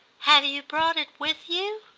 have you brought it with you?